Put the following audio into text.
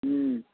हम्म